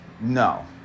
no